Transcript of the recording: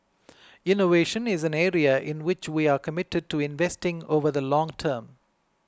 innovation is an area in which we are committed to investing over the long term